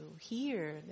hear